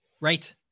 right